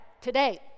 today